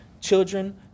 Children